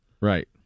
Right